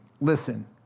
listen